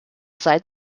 seit